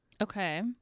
Okay